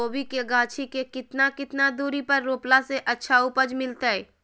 कोबी के गाछी के कितना कितना दूरी पर रोपला से अच्छा उपज मिलतैय?